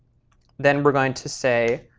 then we're going to say,